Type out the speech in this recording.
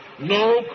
No